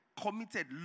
committed